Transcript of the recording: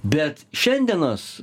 bet šiandienos